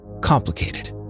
complicated